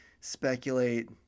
speculate